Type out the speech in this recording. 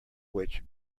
which